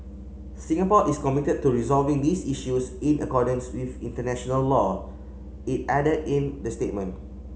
Singapore is committed to resolving these issues in accordance with international law it added in the statement